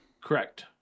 Correct